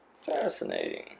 Fascinating